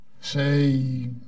say